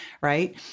Right